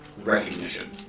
recognition